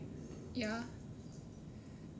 ya